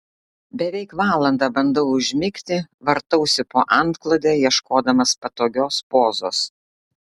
beveik valandą bandau užmigti vartausi po antklode ieškodamas patogios pozos